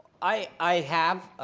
i have.